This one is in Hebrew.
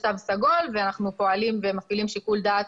תו סגול ואנחנו פועלים ומפעילים שיקול דעת,